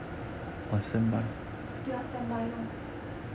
对啊 standby lor